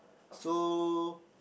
so